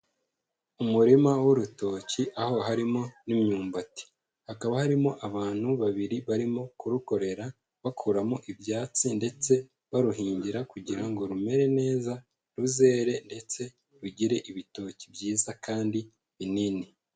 Umurima w'urutoki aho harimo n'imyumbati. Hakaba harimo abantu babiri barimo kurukorera, bakuramo ibyatsi ndetse baruhingira kugira ngo rumere neza, ruzere ndetse rugire ibitoki byiza kandi binini.